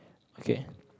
okay